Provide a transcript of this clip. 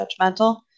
judgmental